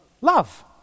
Love